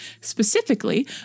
Specifically